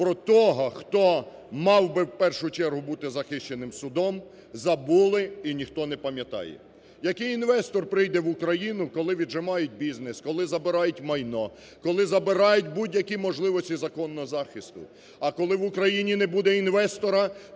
про того, хто мав би, в першу чергу, бути захищеним судом, забули, і ніхто не пам'ятає. Який інвестор прийде в Україну, коли віджимають бізнес, коли забирають майно, коли забирають будь-які можливості законного захисту? А коли в Україні не буде інвестора,